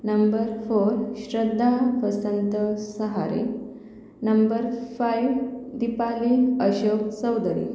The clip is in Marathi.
number four Shraddha Vasant Sahare number five Deepali Ashok Saudari